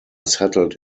settled